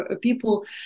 people